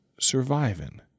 surviving